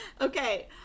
Okay